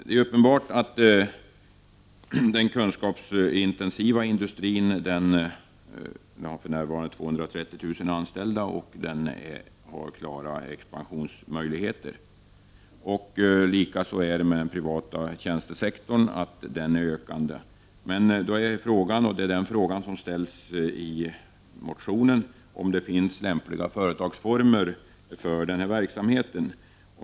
Det är uppenbart att den kunskapsintensiva industrin, med för närvarande 230 000 anställda, har expansionsmöjligheter. Likaså är den privata tjänstesektorn ökande. Men frågan är, och den saken tas också upp i motionen, om det finns lämpliga företagsformer för den här verksamheten.